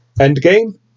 Endgame